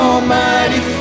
Almighty